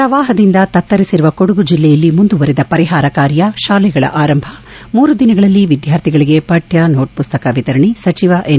ಪ್ರವಾಹದಿಂದ ತತ್ತರಿಸಿರುವ ಕೊಡಗು ಜೆಲ್ಲೆಯಲ್ಲಿ ಮುಂದುವರೆದ ಪರಿಹಾರ ಕಾರ್ಯ ಶಾಲೆಗಳ ಆರಂಭ ಮೂರು ದಿನಗಳಲ್ಲಿ ವಿದ್ನಾರ್ಥಿಗಳಿಗೆ ಪಠ್ಲ ಸೋಟ್ ಪುಸ್ತಕ ವಿತರಣೆ ಸಚಿವ ಎನ್